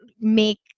make